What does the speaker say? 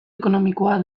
ekonomikoa